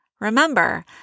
remember